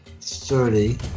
thirty